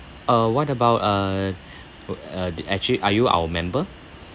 uh what about uh uh actually are you our member